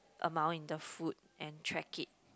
amount in the food and track it